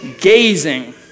Gazing